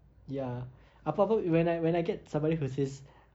ya apa apa eh when I when I get somebody who says